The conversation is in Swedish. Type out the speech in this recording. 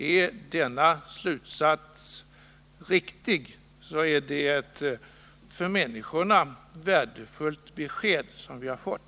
Är denna slutsats riktig, är det ett för människorna värdefullt besked som vi har fått.